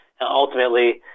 ultimately